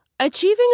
Achieving